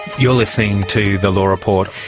you're listening to the law report